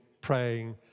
praying